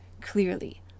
clearly